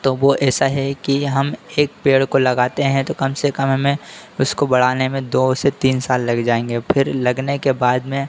तो वह ऐसा है कि हम एक पेड़ को लगाते हैं तो कम से कम हमें उसको बढ़ाने में दो से तीन साल लग जाएँगे और फिर लगने के बाद में